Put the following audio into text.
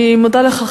אני מודה לך,